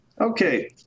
Okay